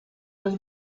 los